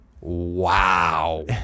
wow